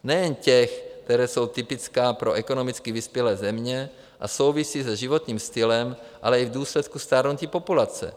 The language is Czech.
Nejen těch, která jsou typická pro ekonomicky vyspělé země a souvisí s životním stylem, ale i v důsledku stárnutí populace.